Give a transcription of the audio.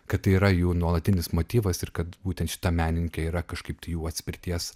kad tai yra jų nuolatinis motyvas ir kad būtent šita menininkė yra kažkaip tai jų atspirties